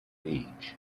age